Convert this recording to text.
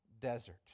desert